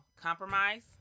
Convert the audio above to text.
compromise